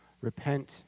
repent